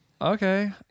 Okay